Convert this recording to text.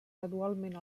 gradualment